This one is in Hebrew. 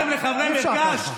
דאגתם לחברי מרכז?